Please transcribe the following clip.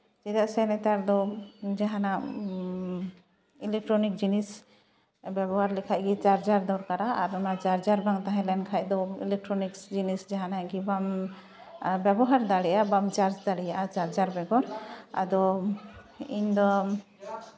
ᱪᱮᱫᱟᱜ ᱥᱮ ᱱᱮᱛᱟᱨ ᱫᱚ ᱡᱟᱦᱟᱱᱟᱜ ᱤᱞᱮᱠᱴᱨᱚᱱᱤᱠᱥ ᱡᱤᱱᱤᱥ ᱵᱮᱵᱚᱦᱟᱨ ᱞᱮᱠᱷᱟᱡᱜᱮ ᱪᱟᱨᱡᱟᱨ ᱫᱚᱨᱠᱟ ᱟᱨ ᱚᱱᱟ ᱪᱟᱨᱡᱟᱨ ᱵᱟᱝ ᱛᱟᱦᱮᱸ ᱞᱮᱱᱠᱷᱟᱡ ᱫᱚ ᱵᱟᱹᱵᱩ ᱤᱞᱮᱠᱴᱨᱚᱱᱤᱠᱥ ᱡᱤᱱᱤᱥ ᱡᱟᱦᱟᱱᱟᱜ ᱜᱮ ᱵᱟᱢ ᱵᱮᱵᱚᱦᱟᱨ ᱫᱟᱲᱮᱭᱟᱜᱼᱟ ᱵᱟᱢ ᱪᱟᱨᱡᱽ ᱫᱟᱲᱮᱭᱟᱜᱼᱟ ᱪᱟᱨᱡᱟᱨ ᱵᱮᱜᱚᱨ ᱟᱫᱚ ᱤᱧᱫᱚ